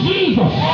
Jesus